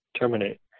terminate